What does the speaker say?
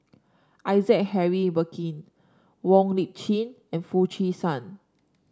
Isaac Henry Burkill Wong Lip Chin and Foo Chee San